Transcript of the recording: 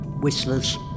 Whistlers